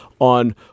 On